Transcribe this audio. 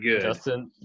Justin